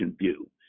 view